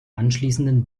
anschließenden